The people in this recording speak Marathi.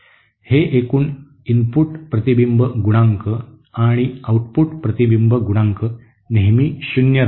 हे एकूण इनपुट प्रतिबिंब गुणांक आणि आउटपुट प्रतिबिंब गुणांक नेहमी शून्य राहील